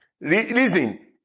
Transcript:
Listen